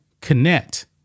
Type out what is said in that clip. connect